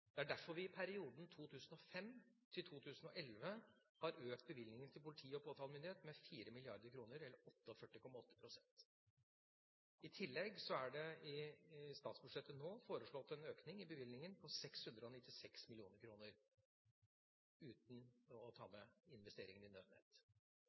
Det er derfor vi i perioden 2005–2011 har økt bevilgningen til politiet og påtalemyndigheten med 4 mrd. kr, dvs. 48,8 pst. I tillegg er det i statsbudsjettet nå foreslått en økning i bevilgningen på 696 mill. kr uten å ta